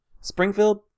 Springfield